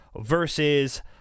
versus